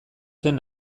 zen